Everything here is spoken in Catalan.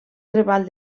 treball